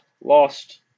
lost